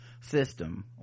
system